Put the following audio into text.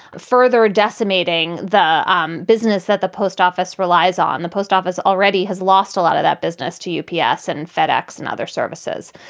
further decimating the um business that the post office relies on. the post office already has lost a lot of that business to u p s. and fedex and other services.